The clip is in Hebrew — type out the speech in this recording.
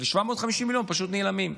750 מיליון פשוט נעלמים,